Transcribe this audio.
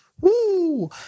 Woo